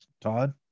Todd